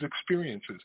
experiences